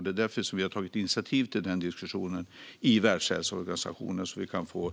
Det är därför som vi har tagit initiativ till den diskussionen i Världshälsoorganisationen så att vi kan få